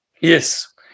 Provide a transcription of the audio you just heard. Yes